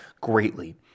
greatly